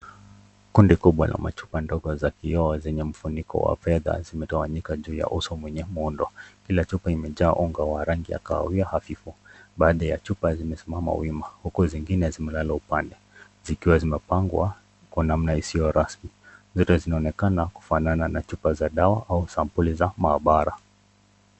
Kundi kubwa la machupa ndogo za kioo zenye mfuniko wa fedha zimetawanyika juu ya uso mwenye muundo . Kila chupa imejaa unga wa rangi ya kahawia hafifu . Baadhi ya chupa zimesimama wima huku zingine zikiwa zimelala upande zikiwa zimepangwa kwa namna isiyo rasmi . Zote zinaonekana kufanana na chupa za dawa au sampuli za maabara .